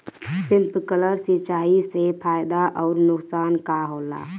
Sprinkler सिंचाई से फायदा अउर नुकसान का होला?